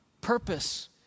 purpose